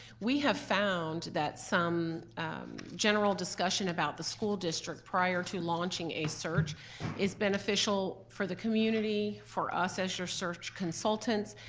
we have found that some general discussion about the school district prior to launching a search is beneficial for the community, for us as your search consultants,